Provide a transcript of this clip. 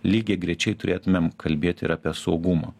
lygiagrečiai turėtumėm kalbėt ir apie saugumą